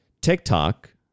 TikTok